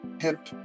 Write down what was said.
hip